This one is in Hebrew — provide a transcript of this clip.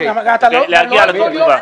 נכונה.